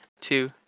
two